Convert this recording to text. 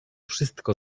wszystko